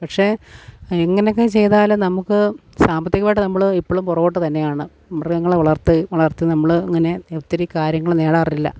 പക്ഷേ എങ്ങനെയൊക്കെ ചെയ്താലും നമുക്ക് സാമ്പത്തികമായിട്ട് നമ്മൾ എപ്പോഴും പുറകോട്ട് തന്നെയാണ് മൃഗങ്ങളെ വളർത്തി വളർത്തി നമ്മൾ അങ്ങനെ ഒത്തിരി കാര്യങ്ങൾ നേടാറില്ല